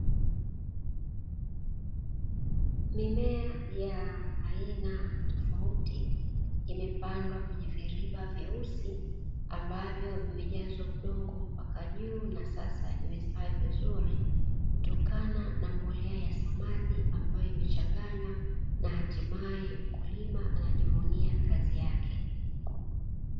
Mimea ya aina tofauti imepandwa kwenye viriba vyeusi ambavyo vimejazwa udongo mpaka juu na sasa imestawi vizuri, kutokana na mbolea ya samadi ambayo imechanganywa na hatimaye mkulima anajivunia kazi yake.